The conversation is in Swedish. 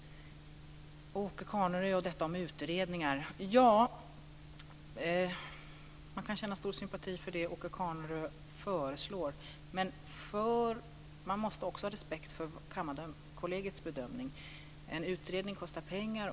Åke Carnerö talar om utredningar. Man kan känna stor sympati för det Åke Carnerö föreslår, men man måste också ha respekt för Kammarkollegiets bedömning. En utredning kostar pengar.